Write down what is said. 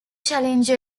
challenge